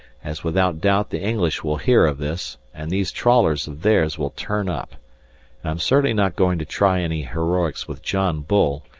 as without doubt the english will hear of this, and these trawlers of theirs will turn up, and i'm certainly not going to try any heroics with john bull,